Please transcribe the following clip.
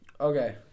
Okay